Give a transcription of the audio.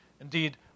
Indeed